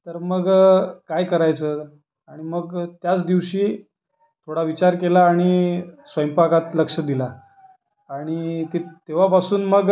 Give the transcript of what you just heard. तर मग काय करायचं आणि मग त्याच दिवशी थोडा विचार केला आणि स्वयंपाकात लक्ष दिलं आणि ते तेव्हापासून मग